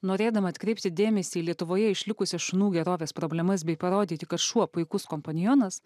norėdama atkreipti dėmesį į lietuvoje išlikusį šunų gerovės problemas bei parodyti kad šuo puikus kompanjonas